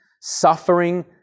suffering